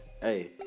hey